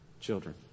children